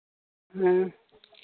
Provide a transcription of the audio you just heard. ᱦᱮᱸ